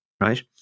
right